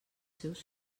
seus